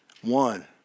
One